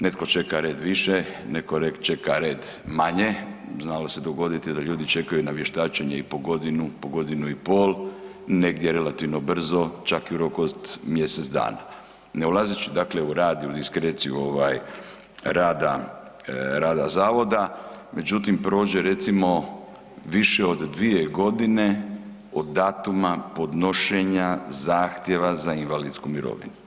Netko čeka red više, netko čeka red manje, znalo se dogoditi da ljudi čekaju na vještačenje i po godinu, godinu i pol, negdje relativno brzo, čak i u roku mjesec dana, ne ulazeći dakle u rad i u diskreciju rada zavoda, međutim prođe recimo više od 2 g. od datuma podnošenja zahtjeva za invalidsku mirovinu.